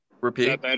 repeat